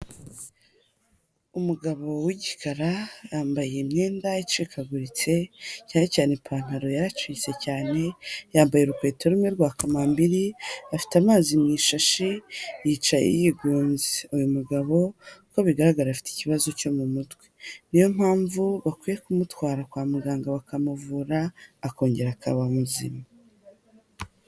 Umugabo w'igikara yambaye imyenda icikaguritse, cyane cyane ipantaro yaracitse cyane, yambaye urukweto rumwe rwa kamambiri, afite amazi mu ishashi, yicaye yigunze. Uyu mugabo, uko bigaragara afite ikibazo cyo mu mutwe. Ni yo mpamvu bakwiye kumutwara kwa muganga, bakamuvura akongera akaba muzima.